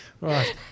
Right